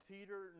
Peter